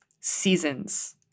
seasons